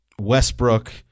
Westbrook